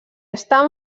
està